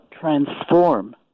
transform